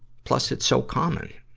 plus, it's so common.